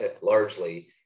largely